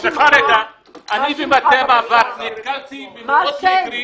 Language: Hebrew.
סליחה, אני נתקלתי במאות מקרים.